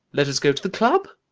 let us go to the club?